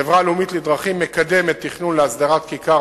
החברה הלאומית לדרכים מקדמת תכנון להסדרת כיכר